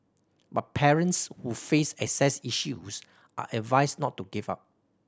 but parents who face access issues are advised not to give up